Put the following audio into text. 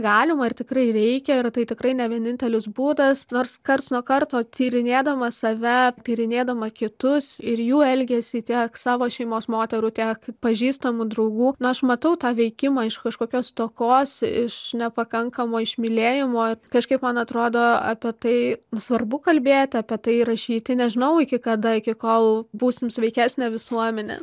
galima ir tikrai reikia ir tai tikrai ne vienintelis būdas nors karts nuo karto tyrinėdama save tyrinėdama kitus ir jų elgesį tiek savo šeimos moterų tiek pažįstamų draugų na aš matau tą veikimą iš kažkokios stokos iš nepakankamo išmylėjimo kažkaip man atrodo apie tai svarbu kalbėti apie tai rašyti nežinau iki kada iki kol būsim sveikesnė visuomenė